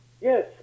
Yes